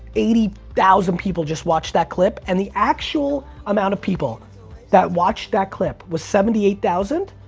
eighty thousand people just watched that clip, and the actual amount of people that watched that clip was seventy eight thousand,